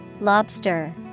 Lobster